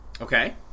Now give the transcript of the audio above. Okay